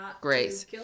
grace